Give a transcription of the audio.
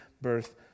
birth